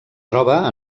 troba